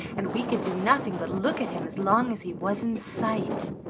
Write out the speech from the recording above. and we could do nothing but look at him as long as he was in sight.